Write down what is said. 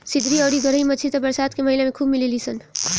सिधरी अउरी गरई मछली त बरसात के महिना में खूब मिलेली सन